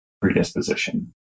predisposition